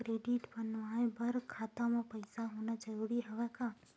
Credit बनवाय बर खाता म पईसा होना जरूरी हवय का?